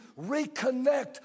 reconnect